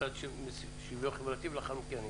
המשרד לשוויון חברתי, ולאחר מכן אני אתן לך.